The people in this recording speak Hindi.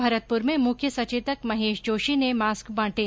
भरतपुर में मुख्य सचेतक महेश जोशी ने मास्क बांटे